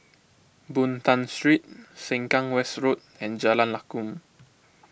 Boon Tat Street Sengkang West Road and Jalan Lakum